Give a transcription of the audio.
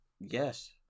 Yes